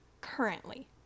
currently